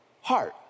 heart